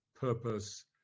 purpose